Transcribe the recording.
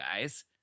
guys